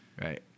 right